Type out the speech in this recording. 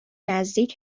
نزدیک